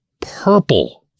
purple